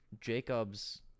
Jacob's